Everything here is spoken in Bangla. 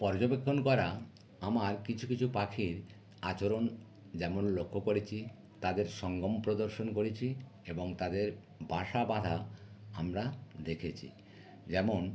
পর্যবেক্ষণ করা আমার কিছু কিছু পাখির আচরণ যেমন লক্ষ্য করেছি তাদের সঙ্গম প্রদর্শন করেছি এবং তাদের বাসা বাঁধা আমরা দেখেছি যেমন